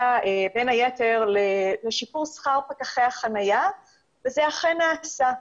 בין היתר לשיפור שכר פקחי החניה וזה אכן נעשה.